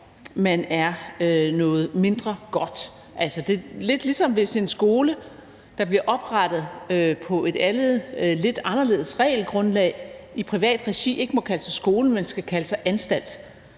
man er noget mindre godt. Det er lidt, som hvis en skole, der bliver oprettet på et andet, lidt anderledes regelgrundlag i privat regi, ikke må kalde sig skole, men skal kalde sig anstalt,